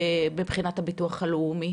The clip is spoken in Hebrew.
מבחינת הביטוח הלאומי?